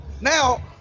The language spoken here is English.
Now